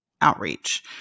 outreach